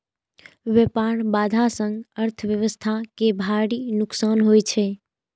व्यापार बाधा सं अर्थव्यवस्था कें भारी नुकसान होइ छै